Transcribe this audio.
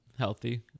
healthy